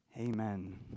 Amen